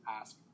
ask